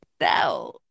No